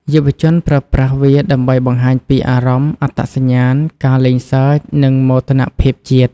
យុវជនប្រើប្រាស់វាដើម្បីបង្ហាញពីអារម្មណ៍ អត្តសញ្ញាណ ការលេងសើច និងមោទនភាពជាតិ។